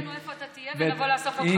תגיד לנו איפה תהיה ונבוא לאסוף אותך בטרמפ.